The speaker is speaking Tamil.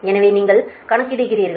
எனவே நீங்கள் கணக்கிடுகிறீர்கள்